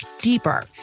deeper